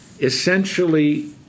essentially